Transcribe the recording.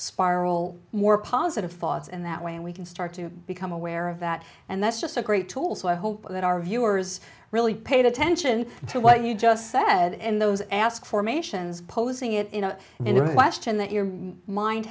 spiral more positive thoughts and that way we can start to become aware of that and that's just a great tool so i hope that our viewers really paid attention to what you just said in those ask formations posing it you know in the question that your mind